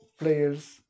players